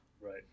Right